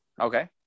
Okay